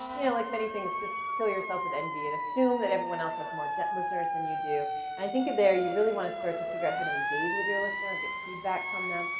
yeah like many things, just kill yourself with envy and assume that everyone else has more dent listeners than and you do. and i think there, you really want to start to figure out how to engage with your listener and get feedback from them.